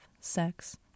Sex